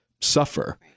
suffer